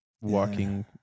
walking